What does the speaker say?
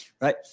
right